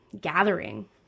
gathering